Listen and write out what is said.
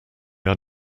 are